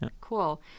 Cool